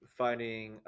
finding